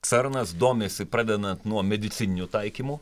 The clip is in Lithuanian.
cernas domisi pradedant nuo medicininių taikymų